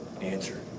answer